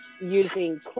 using